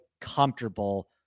comfortable